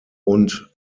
und